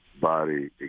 body